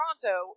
Toronto